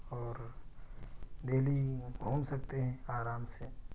اور دہلی گھوم سکتے ہیں آرام سے